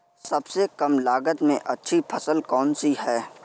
सबसे कम लागत में अच्छी फसल कौन सी है?